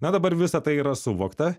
na dabar visa tai yra suvokta